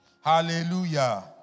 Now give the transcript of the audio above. Hallelujah